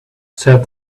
said